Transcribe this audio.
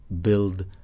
build